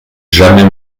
jamais